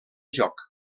joc